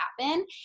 happen